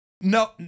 No